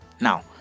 Now